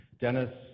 Dennis